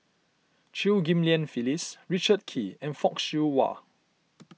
Chew Ghim Lian Phyllis Richard Kee and Fock Siew Wah